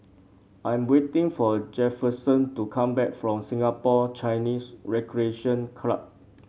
I am waiting for Jefferson to come back from Singapore Chinese Recreation Club